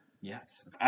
Yes